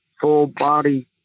full-body